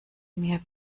mir